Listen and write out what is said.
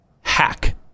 hack